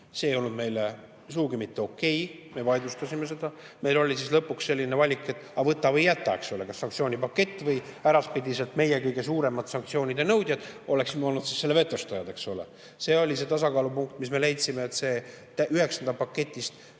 see ei olnud meile sugugi mitte okei, me vaidlustasime selle. Meil oli lõpuks selline valik, et võta või jäta: kas sanktsioonipakett või äraspidiselt meie, kõige suuremad sanktsioonide nõudjad, oleksime olnud selle vetostajad. See oli see tasakaalupunkt, kus me leidsime, et see üheksanda paketi